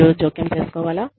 మీరు జోక్యం చేసుకోవాలా